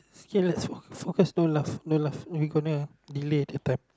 okay let's focus focus don't laugh don't laugh we gonna delay the time